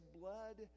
blood